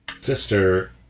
sister